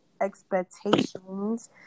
expectations